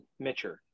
Mitcher